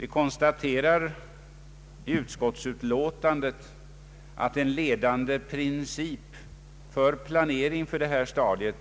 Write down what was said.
I utskottets utlåtande konstateras att en ledande princip för omdaningen har varit att planeringen för stadiet